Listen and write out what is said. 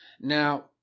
Now